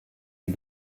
des